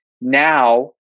now